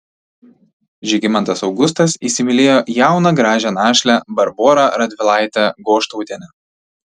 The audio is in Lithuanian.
žygimantas augustas įsimylėjo jauną gražią našlę barborą radvilaitę goštautienę